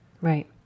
Right